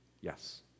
Yes